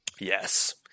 Yes